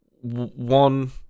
one